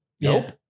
Nope